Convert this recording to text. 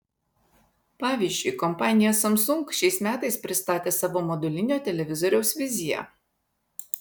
pavyzdžiui kompanija samsung šiais metais pristatė savo modulinio televizoriaus viziją